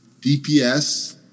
DPS